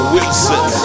Wilson